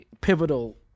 pivotal